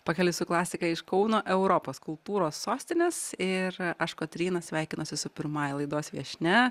pakeliui su klasika iš kauno europos kultūros sostinės ir aš kotryna sveikinuosi su pirmąja laidos viešnia